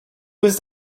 was